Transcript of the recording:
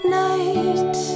night